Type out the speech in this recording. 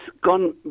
gone